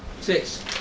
Six